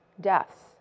deaths